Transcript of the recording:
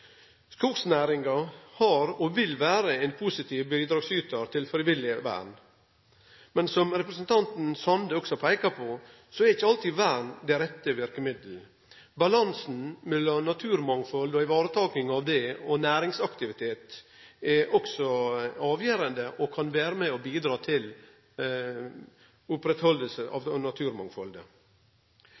Skognæringa har vore, og vil vere, ein positiv bidragsytar til frivillig vern. Men, som representanten Sande peika på, er ikkje alltid vern det rette verkemiddelet. Balansen mellom naturmangfald og varetaking av det, og næringsaktivitet er også avgjerande og kan vere med og bidra til å oppretthalde naturmangfaldet,